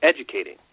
educating